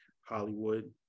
Hollywood